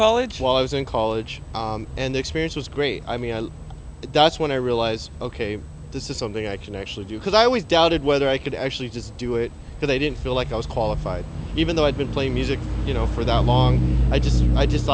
college was in college and the experience was great i mean that's when i realized ok this is something i can actually do because i always doubted whether i could actually just do it but i didn't feel like i was qualified even though i'd been playing music you know for that long i just i just